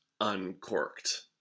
Uncorked